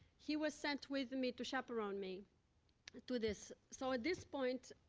he was sent with me to chaperone me to this. so, at this point,